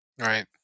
Right